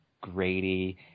Grady